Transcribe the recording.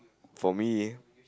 for me